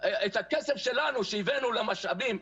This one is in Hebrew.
זאת זכותם אגב ואין לנו בעיה עם זה.